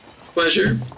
pleasure